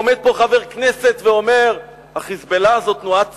עומד פה חבר כנסת ואומר: ה"חיזבאללה" זו תנועה צודקת,